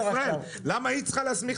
למה היא צריכה להסמיך?